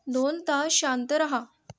दोन तास शांत रहा